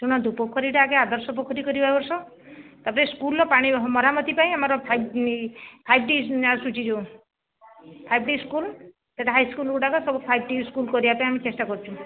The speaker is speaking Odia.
ଶୁଣନ୍ତୁ ପୋଖରୀଟା ଆଜ୍ଞା ଆଦର୍ଶ ପୋଖରୀ କରିବା ଏ ବର୍ଷ ତା ପରେ ସ୍କୁଲର ପାଣି ମରାମତି ପାଇଁ ଆମର ଫାଇଭ୍ ଫାଇଭ୍ ଟି ଆସୁଛି ଯେଉଁ ଫାଇଭ୍ ଟି ସ୍କୁଲ ସେହିଟା ହାଇସ୍କୁଲ ଗୁଡ଼ାକ ଫାଇଭ୍ ଟି ସ୍କୁଲ କରିବାକୁ ଆମେ ଚେଷ୍ଟା କରୁଛୁ